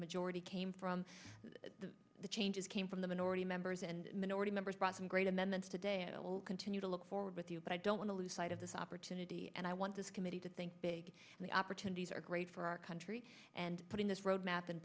majority came from the changes came from the minority members and minority members brought some great amendments today and i will continue to look forward with you but i don't want to lose sight of this opportunity and i want this committee to think big and the opportunities are great for our country and putting this roadmap